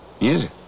Music